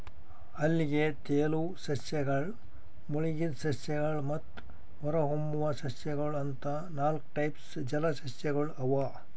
ಅಲ್ಗೆ, ತೆಲುವ್ ಸಸ್ಯಗಳ್, ಮುಳಗಿದ್ ಸಸ್ಯಗಳ್ ಮತ್ತ್ ಹೊರಹೊಮ್ಮುವ್ ಸಸ್ಯಗೊಳ್ ಅಂತಾ ನಾಲ್ಕ್ ಟೈಪ್ಸ್ ಜಲಸಸ್ಯಗೊಳ್ ಅವಾ